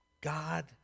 God